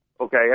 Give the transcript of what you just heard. Okay